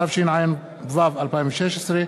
התשע"ו 2016,